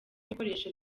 ibikoresho